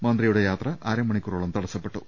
മന്ത്രിയുടെ യാത്ര അരമണിക്കൂറോളം തടസ്സപ്പെട്ടു